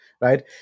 right